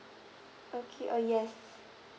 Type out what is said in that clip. okay uh yes